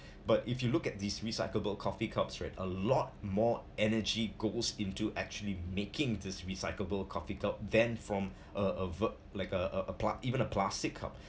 but if you look at this recyclable coffee cups right a lot more energy goes into actually making this recyclable coffee cup then from a a verb like uh a pla~ even a plastic cup